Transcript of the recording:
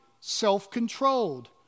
self-controlled